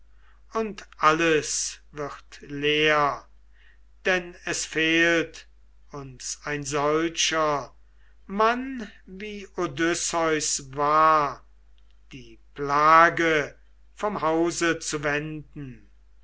und alles wird leer denn es fehlt uns ein solcher mann wie odysseus war die plage vom hause zu wenden